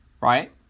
right